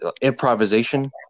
improvisation